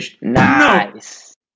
Nice